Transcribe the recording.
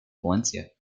valencia